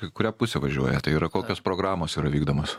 į kurią pusę važiuoja tai yra kokios programos yra vykdomos